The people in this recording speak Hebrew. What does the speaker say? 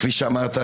כפי שאמרת,